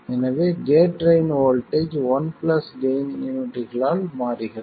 எனவே gate drain voltage 1 gain யூனிட்களால் மாறுகிறது